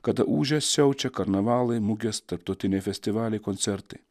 kad ūžia siaučia karnavalai mugės tarptautiniai festivaliai koncertai